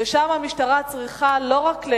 שם המשטרה צריכה להיות ערנית,